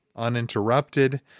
uninterrupted